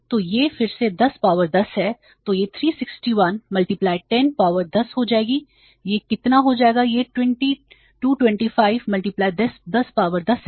तो यह फिर से 10 पावर 10 है तो यह 361 10 पावर 10 हो जाएगी यह कितना हो जाएगा यह 225 10 पावर 10 है